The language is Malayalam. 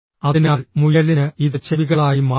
അതിനാൽ മുയലിന് ഇത് ചെവികളായി മാറുന്നു